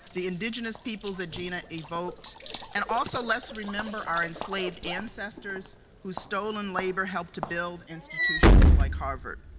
the indigenous peoples that gina evoked and also let's remember our enslaved ancestors whose stolen labor helped to build institutions like harvard.